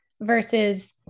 versus